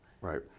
Right